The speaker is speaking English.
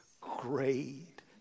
great